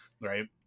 right